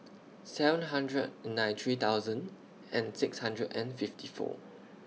seven hundred ninety three thousand and six hundred and fifty four